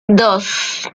dos